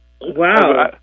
Wow